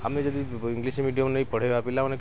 ଆମେ ଯଦି English medium ନେଇ ପଢ଼ାଇବା ପିଲାମାନେ କେମିତି ଆମେ